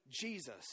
Jesus